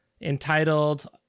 entitled